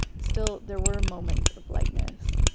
still, there were moments of lightness.